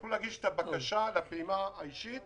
יוכלו להגיש את הבקשה לפעימה האישית